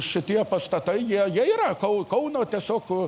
šitie pastatai jie jie yra kau kauno tiesiog